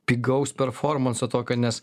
pigaus performanso tokio nes